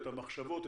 את המחשבות,